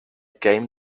game